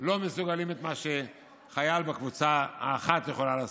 לא מסוגלים את מה שחייל בקבוצה אחת יכול לעשות.